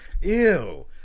ew